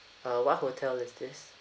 uh what hotel is this